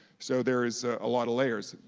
so there is a lot of layers.